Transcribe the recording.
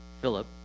Philip